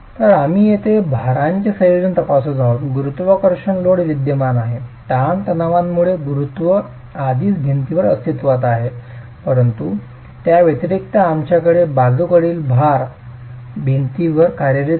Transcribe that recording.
तर आम्ही येथे भारांचे संयोजन तपासत आहोत गुरुत्वाकर्षण लोड विद्यमान आहे ताण ताणतणावांमुळे गुरुत्व आधीच भिंतीवर अस्तित्वात आहे परंतु त्याव्यतिरिक्त आमच्याकडे बाजूकडील भार भिंतीवर कार्यरत आहे